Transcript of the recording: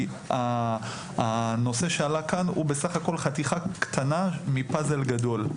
כי הנושא שעלה כאן הוא בסך הכל חתיכה קטנה מפאזל גדול,